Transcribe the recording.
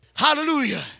Hallelujah